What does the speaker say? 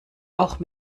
auch